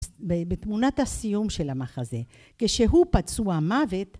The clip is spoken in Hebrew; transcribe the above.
בתמונת הסיום של המחזה, כשהוא פצוע מוות.